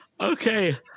Okay